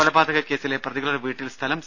കൊലപാതക കേസിലെ പ്രതികളുടെ വീട്ടിൽ സ്ഥലം സി